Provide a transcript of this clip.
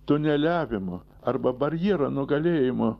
tuneliavimo arba barjero nugalėjimo